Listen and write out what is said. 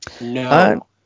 No